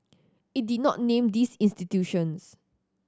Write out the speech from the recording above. it did not name these institutions